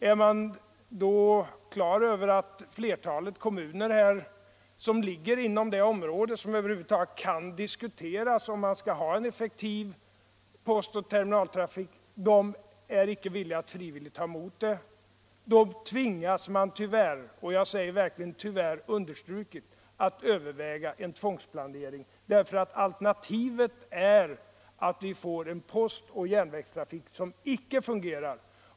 Är man då klar över att flertalet kommuner inom det område som över huvud taget kan diskuteras, om man skall ha en effektiv postoch SJ-trafik, inte är villiga att ta emot terminalerna, tvingas man tyvärr — jag måste starkt understryka ordet tyvärr — att överväga en tvångsplanering därför att alternativet är att vi får en postoch järnvägstrafik som inte fungerar.